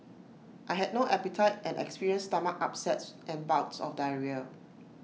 I had no appetite and experienced stomach upsets and bouts of diarrhoea